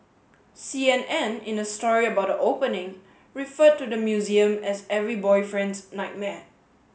C N N in a story about the opening referred to the museum as every boyfriend's nightmare